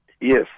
Yes